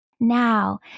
now